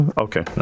Okay